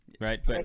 right